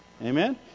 Amen